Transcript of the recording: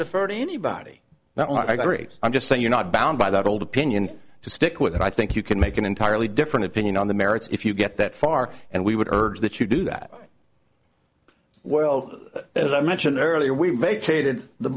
to anybody that i read i'm just saying you're not bound by that old opinion to stick with it i think you can make an entirely different opinion on the merits if you get that far and we would urge that you do that well as i mentioned earlier we vacated the